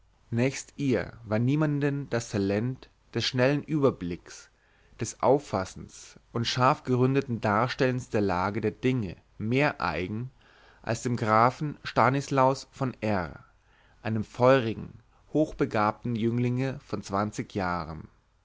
nächst ihr war niemanden das talent des schnellen überblicks des auffassens und scharfgeründeten darstellens der lage der dinge mehr eigen als dem grafen stanislaus von r einem feurigen hochbegabten jünglinge von zwanzig jahren